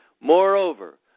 Moreover